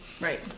Right